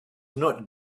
not